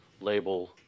label